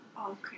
Okay